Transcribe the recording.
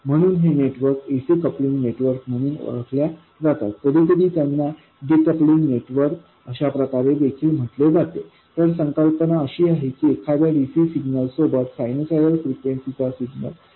म्हणून हे networks ac coupling network म्हणून ओळखल्या जातात कधीकधी त्यांना डीकप्लिंग नेटवर्क अशाप्रकारे देखील म्हटले जाते तर संकल्पना अशी आहे की एखाद्या dc सिग्नल सोबत सायनुसायडल फ्रिक्वेन्सी चा सिग्नल एड करणे